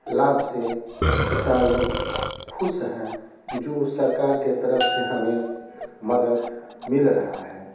लाभ से किसान लोग खुश हैं जो सरकार के तरफ से हमें मदद मिल रहा है